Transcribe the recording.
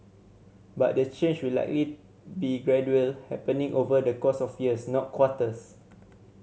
but the change will likely be gradual happening over the course of years not quarters